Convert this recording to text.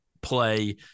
Play